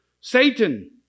Satan